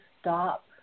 stop